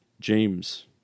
James